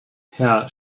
herr